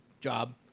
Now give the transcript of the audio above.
job